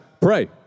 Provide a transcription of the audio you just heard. pray